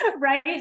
right